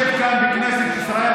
אם אתה יושב כאן בכנסת ישראל,